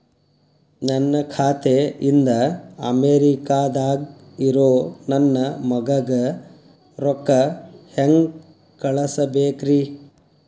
ನನ್ನ ಖಾತೆ ಇಂದ ಅಮೇರಿಕಾದಾಗ್ ಇರೋ ನನ್ನ ಮಗಗ ರೊಕ್ಕ ಹೆಂಗ್ ಕಳಸಬೇಕ್ರಿ?